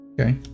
Okay